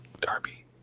Darby